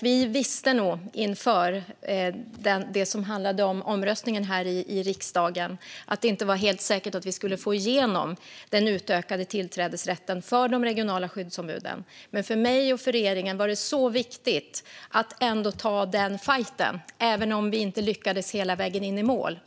Vi visste nog inför omröstningen i riksdagen att det inte var helt säkert att vi skulle få igenom den utökade tillträdesrätten för de regionala skyddsombuden, men för mig och regeringen var det så viktigt att ändå ta fajten, även om vi inte lyckades hela vägen in i mål.